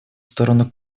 сторону